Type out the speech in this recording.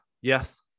Yes